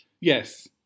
Yes